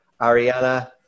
Ariana